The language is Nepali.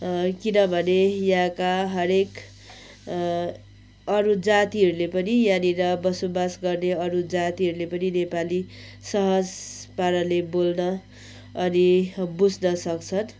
किनभने यहाँका हरेक अरू जातिहरूले पनि यहाँनिर बसोबास गर्ने अरू जातिहरूले पनि नेपाली सहज पाराले बोल्न अनि बुझ्न सक्छन्